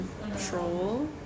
control